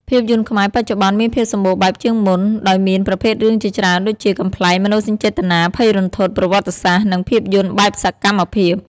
ភាពយន្តខ្មែរបច្ចុប្បន្នមានភាពសម្បូរបែបជាងមុន ដោយមានប្រភេទរឿងជាច្រើនដូចជា កំប្លែង មនោសញ្ចេតនា ភ័យរន្ធត់ ប្រវត្តិសាស្ត្រ និងភាពយន្តបែបសកម្មភាព។